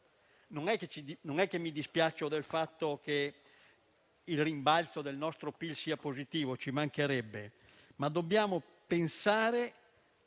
Non mi dispiaccio del fatto che il rimbalzo del nostro PIL sia positivo, ci mancherebbe, ma dobbiamo pensare che